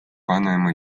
vanaema